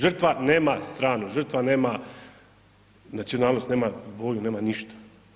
Žrtva nema stranu, žrtva nema nacionalnost, nema boju, nema ništa.